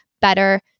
better